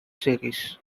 series